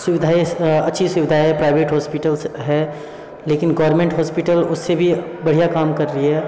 सुविधाएँ इस अच्छी सुविधाएँ प्राइवेट हॉस्पिटल्स है लेकिन गोवरमेंट हॉस्पिटल उससे भी बढ़िया काम कर रही है